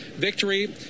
victory